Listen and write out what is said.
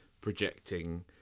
projecting